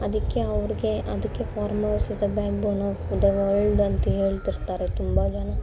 ಅದಕ್ಕೆ ಅವ್ರಿಗೆ ಅದಕ್ಕೆ farmers is the backbone of the world ಅಂತ ಹೇಳ್ತಿರ್ತಾರೆ ತುಂಬ ಜನ